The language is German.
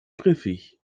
griffig